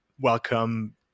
welcome